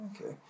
Okay